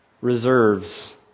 reserves